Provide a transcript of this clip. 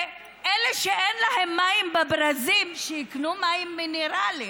ואלה שאין להם מים בברזים, שיקנו מים מינרליים.